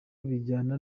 bijyana